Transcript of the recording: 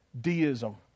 deism